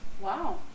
Wow